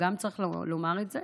צריך לומר גם את זה.